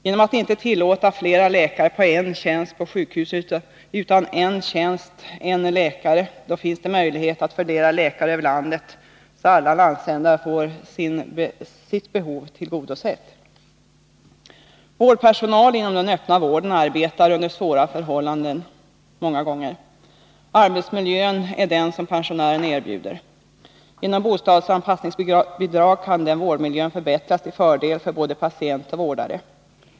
Genom att inte tillåta flera läkare på en tjänst på sjukhusen, utan en tjänst på en läkare, då finns det möjlighet att fördela läkare över landet så att alla landsändar får sitt behov tillgodosett. Vårdpersonal inom den öppna vården arbetar många gånger under svåra förhållanden. Arbetsmiljön är den som pensionären erbjuder. Genom bostadsanpassningsbidrag kan den vårdmiljön förbättras till fördel för både patient och vårdare.